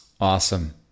Awesome